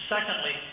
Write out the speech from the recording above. Secondly